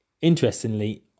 Interestingly